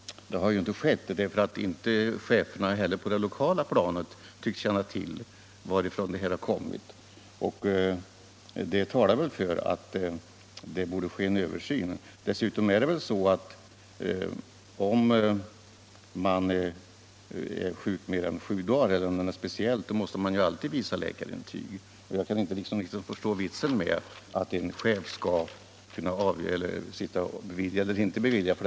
Det har inte skett, för inte heller cheferna på det lokala planet tycks känna till varifrån ändringarna har kommit. Det talar väl för att en översyn borde ske. Dessutom är det så att om man är sjuk mer än sju dagar eller om det är något speciellt så måste man alltid visa läkarintyg. Jag kan inte förstå vitsen med att en chef skall sitta och bevilja eller inte bevilja sjukledighet.